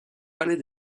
palais